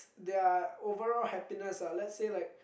their overall happiness lah let's say like